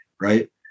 right